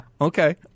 okay